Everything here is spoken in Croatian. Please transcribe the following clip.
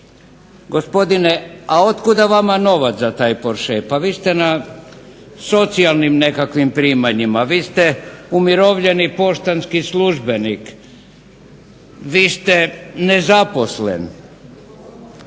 gospodine, a otkuda vama novac za taj porsche? Pa vi ste na socijalnim nekakvim primanjima, vi ste umirovljeni poštanski službenik, vi ste nezaposlen.